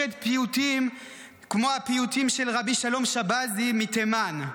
פיוטים כמו הפיוטים של רבי שלום שבזי מתימן,